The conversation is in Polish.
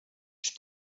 czy